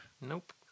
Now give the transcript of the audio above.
Nope